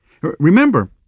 Remember